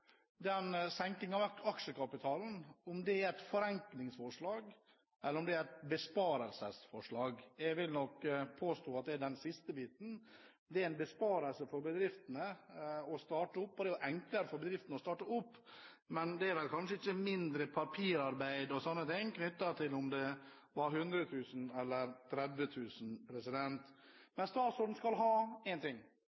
den senkingen av aksjekapitalen er et forenklingsforslag eller om det er et besparelsesforslag. Jeg vil påstå at det er det siste. Det er en besparelse for bedriftene å starte opp, og det er jo enklere for bedriftene å starte opp, men det er vel kanskje ikke mindre papirarbeid enn om det var hundre tusen eller tretti tusen. Men